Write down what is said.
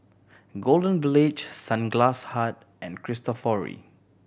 Golden Village Sunglass Hut and Cristofori